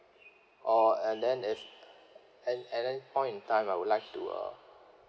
or and then if and at any point in time I would like to uh